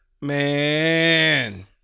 Man